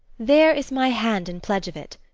there is my hand in pledge of it.